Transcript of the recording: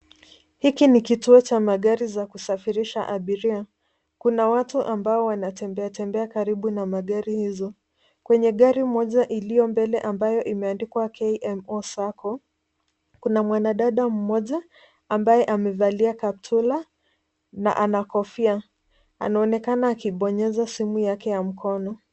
Hiki ni kituo cha magari za kusafirisha abiria. Kuna watu ambao wanatembea tembea karibu na magari hizo. Kwenye gari moja iliyo mbele ambayo imeandikwa KMO Sacco , kuna mwanadada mmoja ambaye amevalia kaptura na ana kofia. Anaonekana akibonyeza simu yake ya mkono.